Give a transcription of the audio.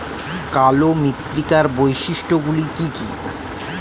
কালো মৃত্তিকার বৈশিষ্ট্য গুলি কি কি?